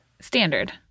Standard